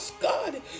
God